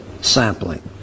sampling